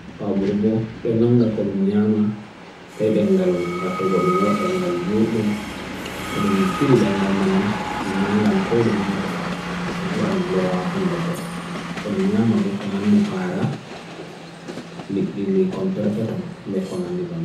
faburubo dun nga kodum nyama pe dengalung mlatugolungot dengal jutlung turum fili dengal manni nga ngan kodum yon nga wanung lua hundukok kodum nyama bu konandi para litili kon perepetron me konandi man